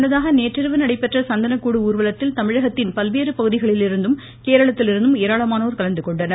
முன்னதாக நேற்றிரவு நடைபெற்ற சந்தனக்கூடு ஊர்வலத்தில் தமிழகத்தின் பல்வேறு பகுதிகளிலிருந்தும் கேரளத்திலிருந்தும் ஏராளமானோர் கலந்துகொண்டனர்